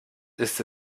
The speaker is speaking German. ist